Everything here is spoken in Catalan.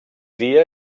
dia